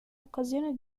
occasione